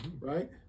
right